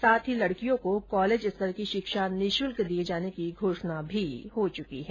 साथ ही लडकियों को कॉलेज स्तर की शिक्षा निःशुल्क दिये जाने की घोषणा भी हो चुकी है